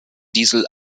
diesel